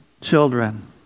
children